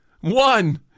one